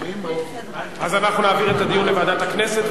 אנחנו נעביר את הדיון לוועדת הכנסת,